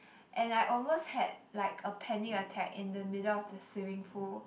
and I almost had like a panic attack in the middle of the swimming pool